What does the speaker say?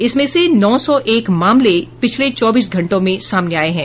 इसमें से नौ सौ एक मामले पिछले चौबीस घंटों में सामने आये हैं